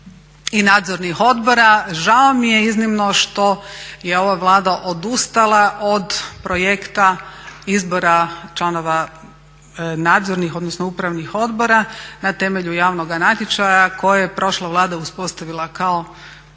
i nadzornih odbora. Žao mi je iznimno što je ova Vlada odustala od projekta izbora članova nadzornih, odnosno upravnih odbora na temelju javnoga natječaja koje je prošla Vlada uspostavila kao